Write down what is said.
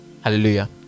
Hallelujah